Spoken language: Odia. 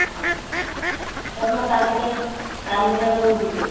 ହଁ ସାର୍ ମୁଁ କାଲି ଠାରୁ କାଲି ଠାରୁ ଯିବି